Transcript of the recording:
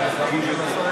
אדוני היושב-ראש,